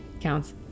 Counts